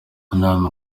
inama